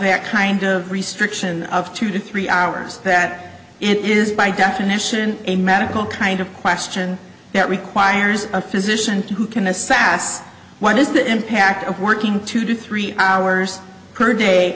that kind of restriction of two to three hours that it is by definition a medical kind of question that requires a physician who can a sas what is the impact of working to do three hours per day